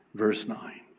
verse nine,